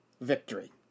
victory